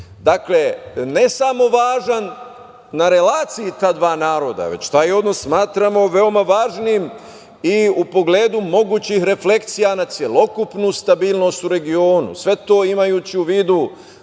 ne samo važan na relaciji ta dva naroda, već taj odnos smatramo veoma važnim i u pogledu mogućih refleksija na celokupnu stabilnost u regionu. Sve to imajući u vidu